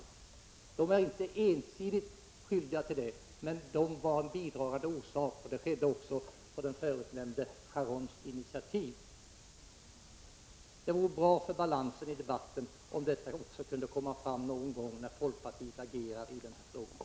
Israelerna var inte ensidigt skyldiga till detta men deras inmarsch var en bidragande orsak. Och det skedde på Sharons initiativ. Det vore bra för debatten om också detta kunde komma fram någon gång när folkpartiet agerar i den här frågan.